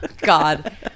god